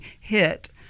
hit